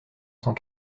cent